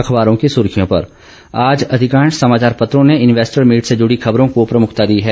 अखबारों की सुर्खियों से आज अधिकांश समाचार पत्रों ने इन्वेस्टर मीट से जुड़ी खबरों को प्रमुखता दी है